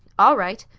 all right!